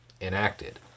enacted